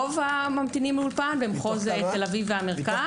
רובם במחוז תל אביב והמרכז.